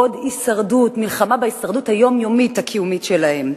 עוד מלחמה על ההישרדות היומיומית הקיומית שלהם.